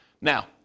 Now